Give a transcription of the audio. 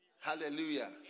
Hallelujah